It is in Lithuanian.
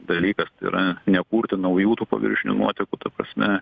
dalykas tai yra nekurti naujų tų paviršinių nuotekų ta prasme